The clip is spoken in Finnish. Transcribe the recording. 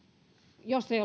jos ei